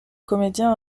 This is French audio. comédien